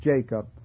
Jacob